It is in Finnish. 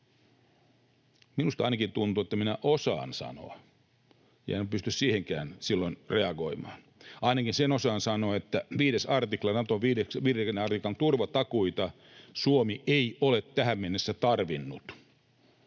minusta ainakin tuntuu, että minä osaan sanoa, ja en pysty siihenkään silloin reagoimaan. Ainakin sen osaan sanoa, että Naton 5 artiklan turvatakuita Suomi ei ole tähän mennessä tarvinnut.